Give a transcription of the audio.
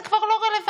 זה כבר לא רלוונטי,